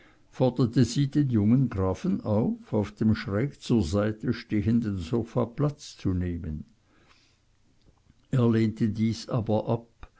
forderte sie den jungen grafen auf auf dem schräg zur seite stehenden sofa platz zu nehmen er lehnte dies aber ab